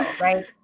right